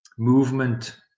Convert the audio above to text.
movement